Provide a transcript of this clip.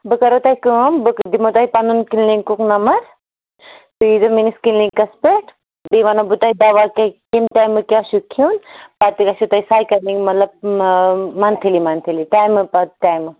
بہٕ کرو تۄہہِ کٲم بہٕ دِمو تۄہہِ پنُن کلنِکُک نمبر تُہۍ ییٖزیو میٛٲنِس کلنِکَس پٮ۪ٹھ بیٚیہِ وَنو بہٕ تۄہہِ دوا کیٛاہ کَمہِ ٹایمہٕ کیٛاہ چھُو کھیوٚن پَتہٕ گَژھیو تۄہہِ سایکلِنٛگ مطلب منتھلی منتھلی ٹایمہٕ پتہٕ ٹایمہٕ